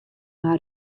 mei